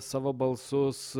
savo balsus